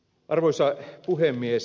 arvoisa puhemies